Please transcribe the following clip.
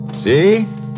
See